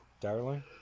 Darling